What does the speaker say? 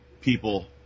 people